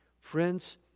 Friends